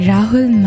Rahul